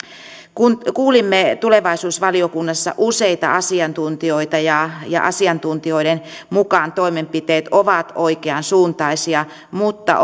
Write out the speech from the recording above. kun kuulimme tulevaisuusvaliokunnassa useita asiantuntijoita niin asiantuntijoiden mukaan toimenpiteet ovat oikeansuuntaisia mutta